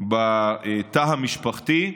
בתא המשפחתי.